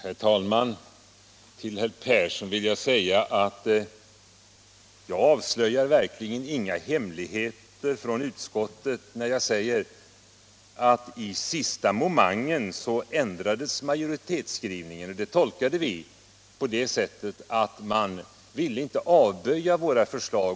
Herr talman! Till herr Persson i Heden vill jag säga att jag verkligen inte avslöjar några hemligheter från utskottet om jag nämner att majoritetsskrivningen i sista momangen ändrades i positiv riktning. Detta tolkade vi på det sättet att man inte ville avstyrka våra förslag.